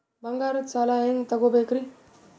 ಬಂಗಾರದ್ ಸಾಲ ಹೆಂಗ್ ತಗೊಬೇಕ್ರಿ?